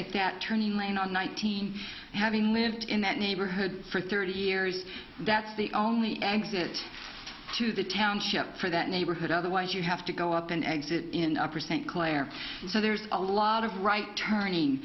at that turning lane on nineteen having lived in that neighborhood for thirty years that's the only exit to the township for that neighborhood otherwise you have to go up an exit in upper st clair so there's a lot of right turning